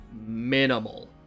minimal